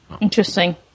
Interesting